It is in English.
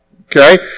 okay